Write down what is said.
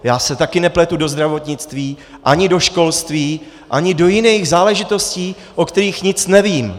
Já se také nepletu do zdravotnictví, ani do školství, ani do jiných záležitostí, o kterých nic nevím.